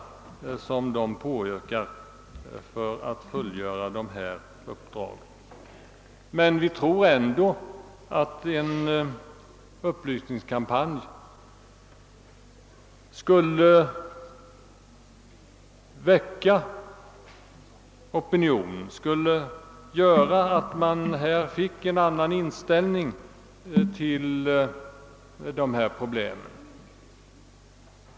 Men vi tror ändå att en upplysningskampanj skulle väcka opinion och framkalla en annan inställning till det här problemet.